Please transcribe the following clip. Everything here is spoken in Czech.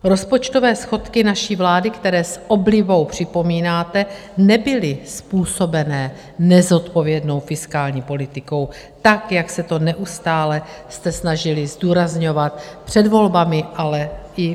Rozpočtové schodky naší vlády, které s oblibou připomínáte, nebyly způsobené nezodpovědnou fiskální politikou, tak jak jste se to neustále snažili zdůrazňovat před volbami, ale i po nich.